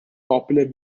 popular